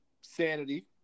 Sanity